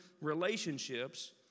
relationships